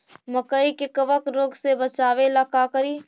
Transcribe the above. मकई के कबक रोग से बचाबे ला का करि?